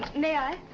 may i?